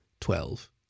Twelve